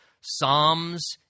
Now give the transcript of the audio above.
Psalms